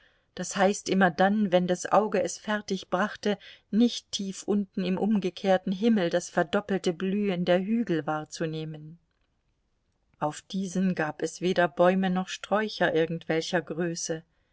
das heißt immer dann wenn das auge es fertig brachte nicht tief unten im umgekehrten himmel das verdoppelte blühen der hügel wahrzunehmen auf diesen gab es weder bäume noch sträucher irgendwelcher größe